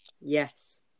Yes